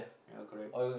yeah correct